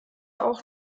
auch